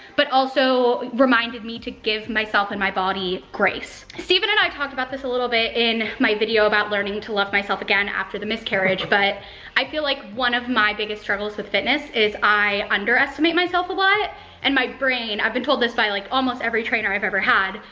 but also reminded me to give myself and my body grace. stephen and i talked about this a little bit in my video about learning to love myself again after the miscarriage but i feel like one of my biggest struggles with fitness is i underestimate myself a lot and my brain, i've been told this by like, almost every trainer i've ever had,